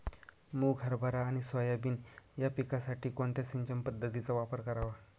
मुग, हरभरा आणि सोयाबीन या पिकासाठी कोणत्या सिंचन पद्धतीचा वापर करावा?